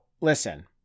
Listen